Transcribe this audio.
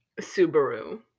Subaru